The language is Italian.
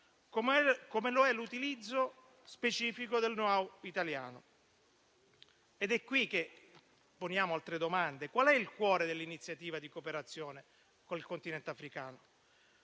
come lo è sull'utilizzo specifico del *know-how* italiano. Ed è qui che poniamo altre domande: qual è il cuore dell'iniziativa di cooperazione con il Continente africano?